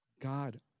God